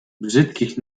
brzydkich